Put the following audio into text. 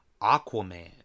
Aquaman